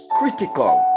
critical